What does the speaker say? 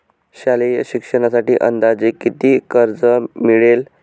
शालेय शिक्षणासाठी अंदाजे किती कर्ज मिळेल?